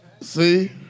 See